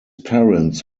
parents